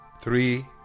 three